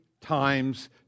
times